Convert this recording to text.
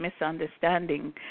misunderstanding